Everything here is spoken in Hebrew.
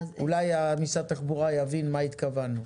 אולי משרד התחבורה יבין מה התכוונו.